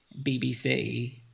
BBC